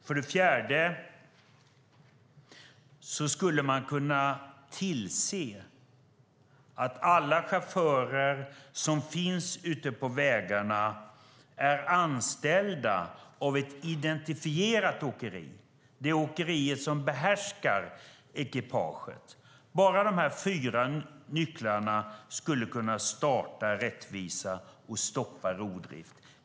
För det fjärde skulle man kunna tillse att alla chaufförer som finns ute på vägarna är anställda av ett identifierat åkeri - det åkeri som behärskar ekipaget. Enbart dessa fyra nycklar skulle kunna starta rättvisa och stoppa rovdrift.